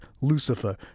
Lucifer